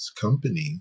company